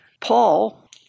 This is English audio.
Paul